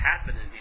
happening